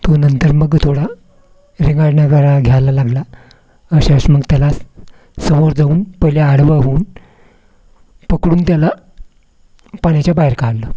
तो नंतर मग थोडा रेंगाळण्यावर घ्यायला लागला अशा असं मग त्याला समोर जाऊन पहिले आडवा होऊन पकडून त्याला पाण्याच्या बाहेर काढलं